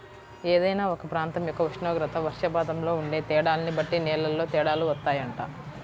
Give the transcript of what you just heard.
ఏదైనా ఒక ప్రాంతం యొక్క ఉష్ణోగ్రత, వర్షపాతంలో ఉండే తేడాల్ని బట్టి నేలల్లో తేడాలు వత్తాయంట